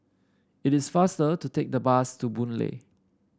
it is faster to take the bus to Boon Lay